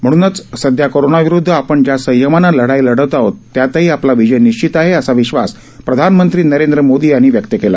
म्हणूनच सध्या कोरोनाविरुद्ध आपण ज्या संयमानं लढाई लढत आहोत त्यातही आपला विजय निश्चित आहे असा विश्वास प्रधानमंत्री नरेंद्र मोदी यांनी व्यक्त केला